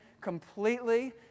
completely